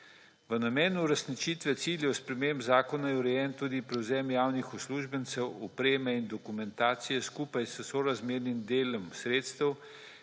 V namen uresničitve ciljev sprememb zakona je urejen tudi prevzem javnih uslužbencev, opreme in dokumentacije skupaj s sorazmernim delom sredstev,